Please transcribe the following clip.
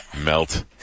Melt